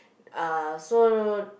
uh so